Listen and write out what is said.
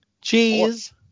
Cheese